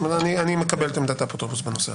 אני מקבל את עמדת האפוטרופוס בנושא הזה.